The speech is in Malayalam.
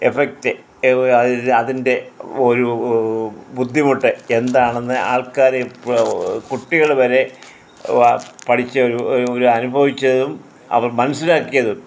എഫക്റ്റ് അതിൻ്റെ ഒരു ഒ ബുദ്ധിമുട്ട് എന്താണെന്ന് ആൾക്കാർ ഇപ്പോൾ കുട്ടികൾ വരെ പഠിച്ച ഒരു ഒരു അനുഭവിച്ചതും അവർ മനസ്സിലാക്കിയതും